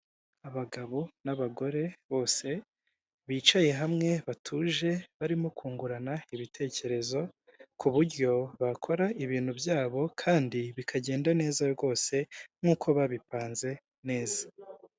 Abagabo n'abagore bose bicaye hamwe batuje barimo kungurana ibitekerezo, kuburyo bakora ibintu byabo kandi bikagenda neza rwose nkuko babipanze neza.